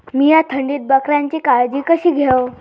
मीया थंडीत बकऱ्यांची काळजी कशी घेव?